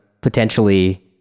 potentially